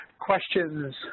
questions